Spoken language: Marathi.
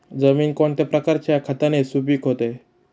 जमीन कोणत्या प्रकारच्या खताने सुपिक होते?